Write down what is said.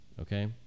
Okay